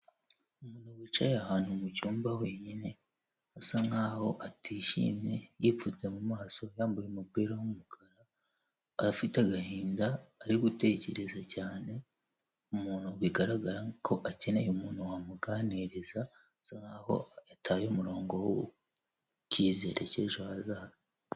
Umuntu wicaye ahantu mucyumba wenyine asa nkaho atishimye yipfutse mu maso yambaye umupira wumukara afite agahinda ari gutekereza cyane, umuntu bigaragara ko akeneye umuntu wamuganiriza bisa nkaho yataye umurongo w'ikizere cy'ejo hazaza.